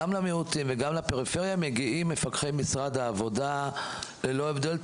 גם למיעוטים וגם לפריפריה מגיעים מפקחי משרד העבודה ללא הבדל.